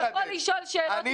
אתה יכול לשאול שאלות אינטליגנטיות.